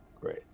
Great